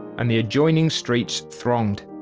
and the adjoining streets thronged.